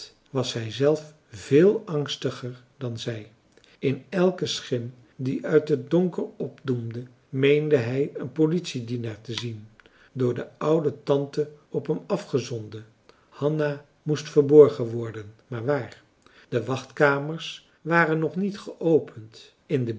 was hij zelf veel angstiger dan zij in elke schim die uit het donker opdoemde meende hij een politiedienaar te zien door de oude tante op hem afgezonden hanna moest verborgen worden maar waar de wachtkamers waren nog niet geopend in de